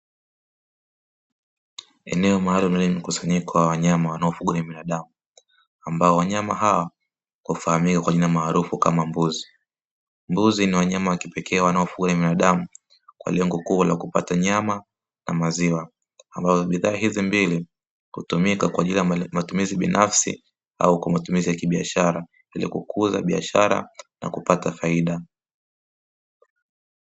Eneo maalum lenye mkusanyiko wa wanyama wanaofugwa na binadamu ambao wanyama hao kwa kufahamika kwa jina maarufu kama mbuzi. Mbuzi ni wanyama wa kipekee wanaofuga binadamu kwa lengo kuu la kupata nyama na maziwa ambayo bidhaa hizi mbili kutumika kwa ajili ya matumizi binafsi au kwa matumizi ya kibiashara na kupata faida.